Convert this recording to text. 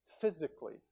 physically